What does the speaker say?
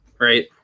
right